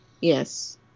Yes